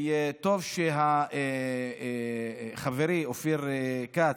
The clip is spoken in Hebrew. וטוב שחברי אופיר כץ,